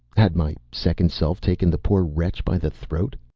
had my second self taken the poor wretch by the throat?